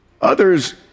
Others